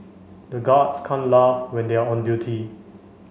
the guards can't laugh when they are on duty